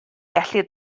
gellir